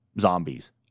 zombies